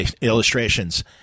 illustrations